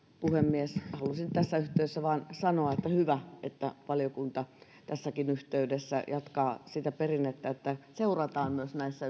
puhemies halusin tässä yhteydessä vain sanoa että hyvä että valiokunta tässäkin yhteydessä jatkaa sitä perinnettä että seurataan näissä